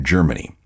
Germany